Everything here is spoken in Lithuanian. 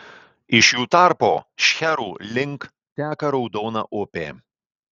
iš jų tarpo šcherų link teka raudona upė